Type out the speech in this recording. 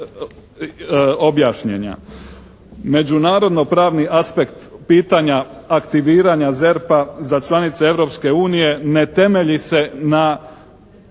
Međunarodno-pravni aspekt pitanja aktiviranja ZERP-a za članice Europske unije ne